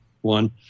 one